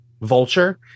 vulture